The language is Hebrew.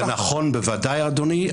זה נכון בוודאי אדוני.